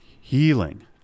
healing